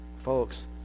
Folks